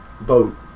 boat